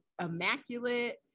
immaculate